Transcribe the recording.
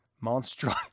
monstrous